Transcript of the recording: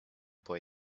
boy